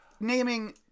naming